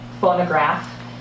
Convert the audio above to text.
phonograph